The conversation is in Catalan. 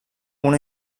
una